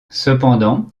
cependant